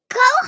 go